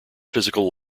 physical